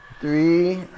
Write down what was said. three